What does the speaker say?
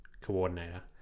coordinator